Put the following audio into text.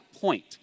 point